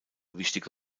wichtige